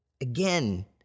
Again